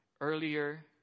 earlier